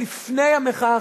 לפני המחאה החברתית.